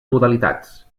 modalitats